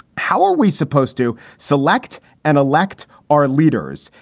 how are we supposed to select and elect our leaders?